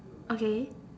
okay